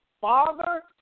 father